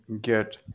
get